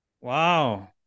Wow